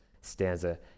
stanza